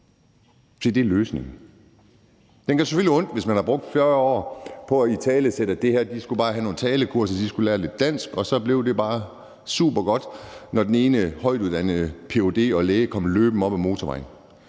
det er løsningen. Den gør selvfølgelig ondt, hvis man har brugt 40 år på at italesætte det her. De skulle bare have nogle sprogkurser, de skulle lære lidt dansk, og så blev det bare supergodt, når den ene højtuddannede Ph.d. og læge kom løbende op ad motorvejen.